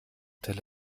tel